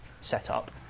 setup